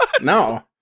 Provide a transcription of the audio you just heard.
No